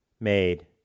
made